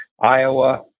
Iowa